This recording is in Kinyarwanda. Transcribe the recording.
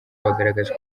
bagaragaje